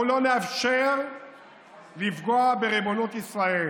אנחנו לא נאפשר לפגוע בריבונות ישראל